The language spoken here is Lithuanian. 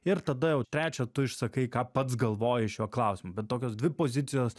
ir tada jau trečią tu išsakai ką pats galvoji šiuo klausimu bet tokios dvi pozicijos